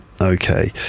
Okay